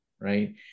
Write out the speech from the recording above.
right